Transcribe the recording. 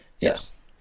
Yes